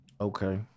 Okay